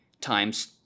times